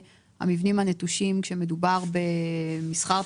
המבנים הנטושים כשמדובר במסחר,